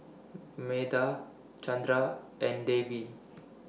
Medha Chandra and Devi